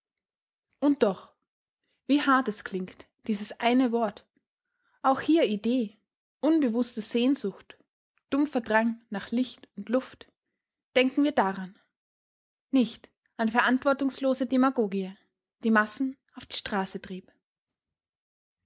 und doch wie hart es klingt dieses eine wort auch hier idee unbewußte sehnsucht dumpfer drang nach licht und luft denken wir daran nicht an verantwortungslose demagogie die massen auf die straße trieb